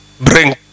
Bring